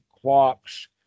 clocks